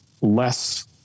less